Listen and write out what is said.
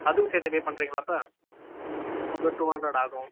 அதுவும் சேர்த்து பே பண்ணுறீங்களா அப்போ அது ஒரு டூ ஹண்ட்ரட் ஆகும்